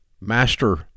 master